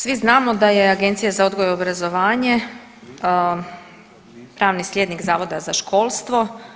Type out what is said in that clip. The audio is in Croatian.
Svi znamo da je Agencija za odgoj i obrazovanje pravni sljednik Zavoda za školstvo.